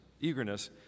eagerness